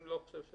אני לא חושב.